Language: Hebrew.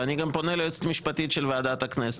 ואני גם פונה ליועצת המשפטית של ועדת הכנסת,